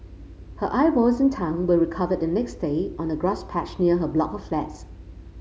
her eyeballs and tongue were recovered the next day on a grass patch near her block of flats